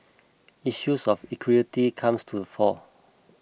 issues of equity comes to the fore